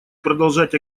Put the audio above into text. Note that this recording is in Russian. продолжать